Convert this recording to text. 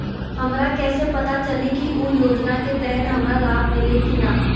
हमरा कैसे पता चली की उ योजना के तहत हमरा लाभ मिल्ले की न?